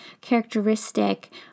characteristic